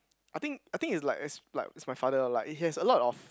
I think I think is like is like is my father like it has lot of